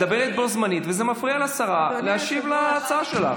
את מדברת בו זמנית וזה מפריע לשרה להשיב להצעה שלך.